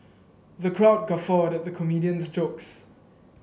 the crowd guffawed at the comedian's jokes